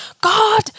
God